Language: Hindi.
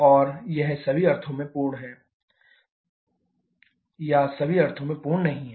और यह सभी अर्थों में पूर्ण है या सभी अर्थों में पूर्ण नहीं है